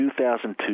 2002